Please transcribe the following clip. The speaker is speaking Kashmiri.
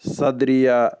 سَدرِیا